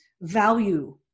value